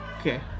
Okay